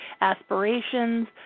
aspirations